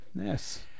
yes